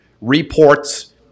Reports